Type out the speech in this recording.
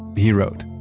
he wrote,